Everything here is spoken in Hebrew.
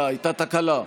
הייתה תקלה.